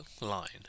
line